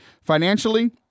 financially